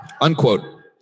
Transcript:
Unquote